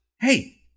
hey